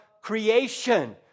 creation